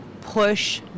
push